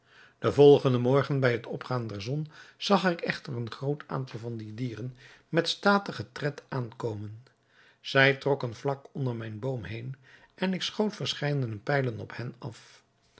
den volgenden morgen bij het opgaan der zon zag ik echter een groot getal van die dieren met statigen tred aankomen zij trokken vlak onder mijn boom heen en ik schoot verscheidene pijlen op hen af